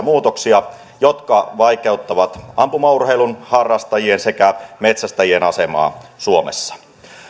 muutoksia jotka vaikeuttavat ampumaurheilun harrastajien sekä metsästäjien asemaa suomessa